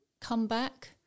comeback